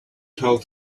told